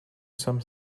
some